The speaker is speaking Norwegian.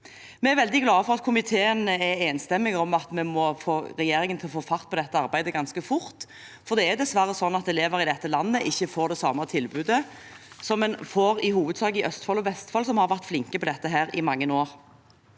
Vi er veldig glade for at komiteen er enstemmig i at vi må få regjeringen til å få fart på dette arbeidet ganske fort, for det er dessverre slik at elever i dette landet ikke får det samme tilbudet som man i hovedsak får i Østfold og Vestfold, som har vært flinke på dette i mange år.